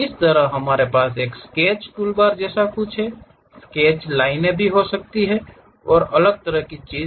इसी तरह हमारे पास स्केच टूलबार जैसा कुछ है स्केच लाइन और अलग तरह की चीज